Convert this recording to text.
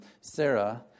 Sarah